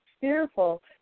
fearful